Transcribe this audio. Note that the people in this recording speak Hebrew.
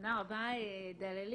תודה רבה דללין.